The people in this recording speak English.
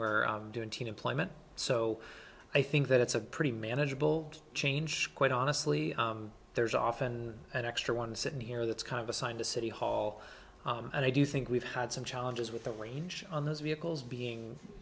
we're doing teen employment so i think that it's a pretty manageable change quite honestly there's often an extra one sitting here that's kind of assigned to city hall and i do think we've had some challenges with the range on those vehicles being